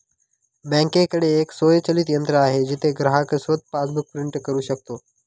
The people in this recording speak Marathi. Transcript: बँकेकडे एक स्वयंचलित यंत्र आहे जिथे ग्राहक स्वतः पासबुक प्रिंट करू शकतो